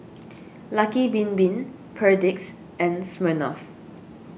Lucky Bin Bin Perdix and Smirnoff